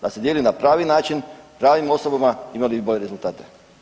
Da se dijeli na pravi način, pravim osobama, imali bi bolje rezultate.